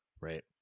right